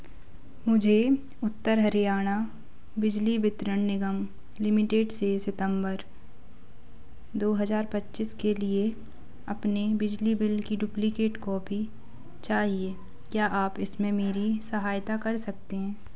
मुझे उत्तर हरियाणा बिजली वितरण निगम लिमिटेड से सितंबर दो हज़ार पच्चीस के लिए अपने बिजली बिल की डुप्लिकेट कॉपी चाहिए क्या आप इसमें मेरी सहायता कर सकते हैं